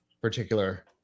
particular